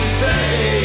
say